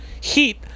heat